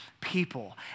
people